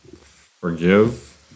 forgive